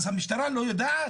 אז המשטרה לא יודעת?